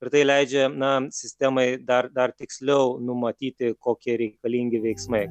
ir tai leidžia na sistemai dar dar tiksliau numatyti kokie reikalingi veiksmai